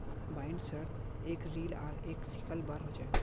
बाइंडर्सत एक रील आर एक सिकल बार ह छे